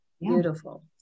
Beautiful